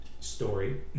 story